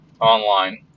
online